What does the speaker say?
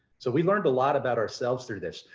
so we learned a lot about ourselves through this.